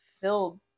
filled